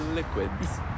liquids